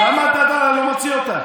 למה אתה לא מוציא אותה?